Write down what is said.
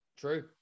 True